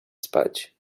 spać